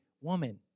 woman